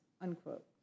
unquote